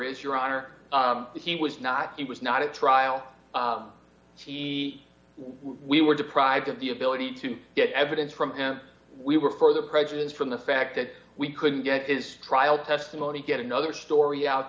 is your honor he was not he was not a trial we were deprived of the ability to get evidence from him we were further prejudiced from the fact that we couldn't get his trial testimony get another story out